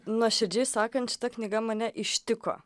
nuoširdžiai sakant šita knyga mane ištiko